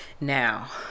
Now